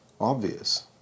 obvious